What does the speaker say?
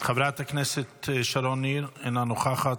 חברת הכנסת שרון ניר, אינה נוכחת,